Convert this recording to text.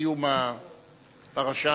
בסיום הפרשה